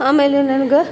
ಆಮೇಲೆ ನನ್ಗೆ